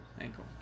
ankle